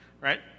right